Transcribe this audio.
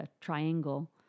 triangle